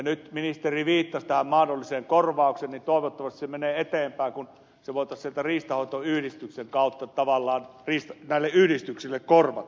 nyt ministeri viittasi mahdolliseen korvaukseen ja toivottavasti se menee eteenpäin kun se voitaisiin sieltä riistanhoitoyhdistyksien kautta tavallaan näille yhdistyksille korvata